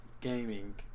Gaming